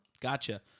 Gotcha